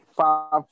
five